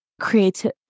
creative